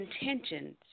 intentions